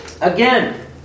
again